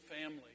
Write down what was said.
family